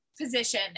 position